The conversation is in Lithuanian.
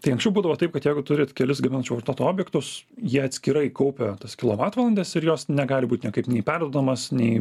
tai anksčiau būdavo taip kad jeigu turit kelis gaminančių vartotojų objektus jie atskirai kaupia tas kilovatvalandes ir jos negali būt niekaip nei perduodamas nei